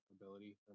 ability